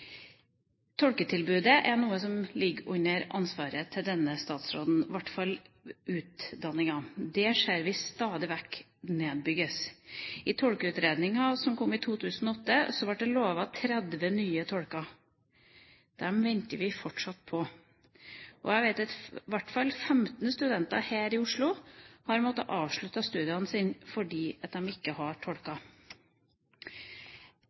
Det ser vi stadig vekk nedbygges. I Tolkeutredningen 2008 ble det lovet 30 nye tolker. Dem venter vi fortsatt på. Og jeg vet at i hvert fall 15 studenter her i Oslo har måttet avslutte studiene sine, fordi de ikke har